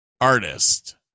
artist